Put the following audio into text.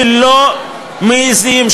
שלא מעזים,